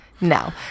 No